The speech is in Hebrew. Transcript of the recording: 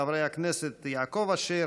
חברי הכנסת יעקב אשר,